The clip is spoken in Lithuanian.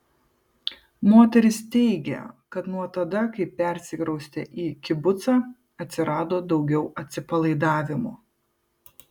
moteris teigė kad nuo tada kai persikraustė į kibucą atsirado daugiau atsipalaidavimo